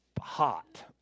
hot